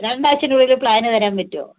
രണ്ടാഴ്ച്ചേനുള്ളില് plan തരാൻ പറ്റുമോ